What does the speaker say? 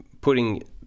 putting